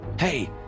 Hey